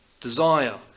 desire